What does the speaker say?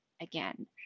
again